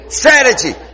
strategy